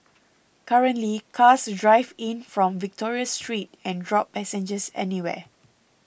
currently cars drive in from Victoria Street and drop passengers anywhere